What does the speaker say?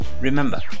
remember